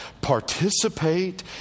participate